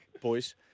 boys